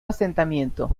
asentamiento